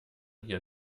hier